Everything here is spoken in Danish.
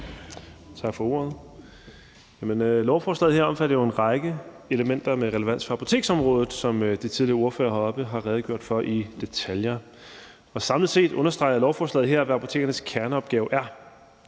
Tak for ordet. Lovforslaget her omfatter en række elementer med relevans for apoteksområdet, som de tidligere ordførere heroppe har redegjort for i detaljer. Samlet set understreger lovforslaget her, hvad apotekernes kerneopgave er.